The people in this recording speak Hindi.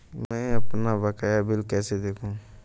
मैं अपना बकाया बिल कैसे देखूं?